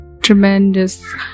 tremendous